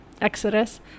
Exodus